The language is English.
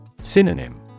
Synonym